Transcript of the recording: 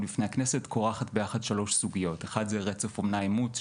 בפני הכנסת כורכת ביחד שלוש סוגיות: 1. רצף אומנה-אימוץ.